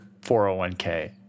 401k